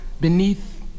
beneath